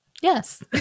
Yes